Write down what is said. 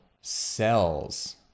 cells